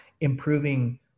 improving